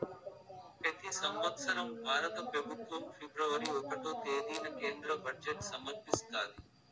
పెతి సంవత్సరం భారత పెబుత్వం ఫిబ్రవరి ఒకటో తేదీన కేంద్ర బడ్జెట్ సమర్పిస్తాది